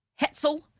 Hetzel